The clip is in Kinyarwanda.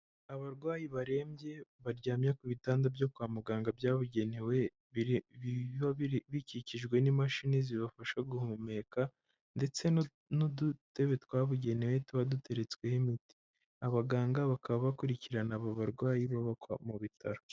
Abarwayi barembye baryamye ku bitanda byo kwa muganga byabugenewe; biba bikikijwe n'imashini zibafasha guhumeka ndetse n'udutebe twabugenewe tuba duteretsweho imiti, abaganga bakaba bakurikirana abo barwayi baba mu bitaro.